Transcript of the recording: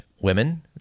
women